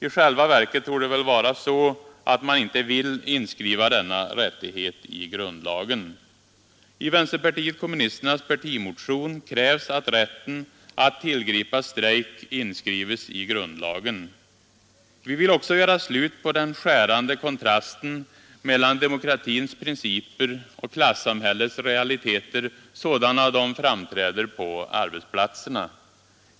I själva verket torde det vara så att man inte vill inskriva denna rättighet i grundlagen. I vänsterpartiet kommunisternas partimotion krävs att rätten att tillgripa strejk inskrives i grundlagen. Vi vill också göra slut på den skärande kontrasten mellan demokratins principer och klassamhällets realiteter, sådana de framträder på arbetsplatserna.